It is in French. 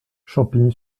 champigny